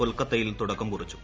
കൊൽക്കത്തയിൽ തുടക്കം കുറിച്ചു